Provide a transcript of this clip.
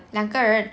两个人